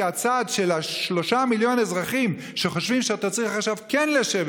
כי הצד של 3 מיליון אזרחים שחושבים שאתה כן צריך עכשיו לשבת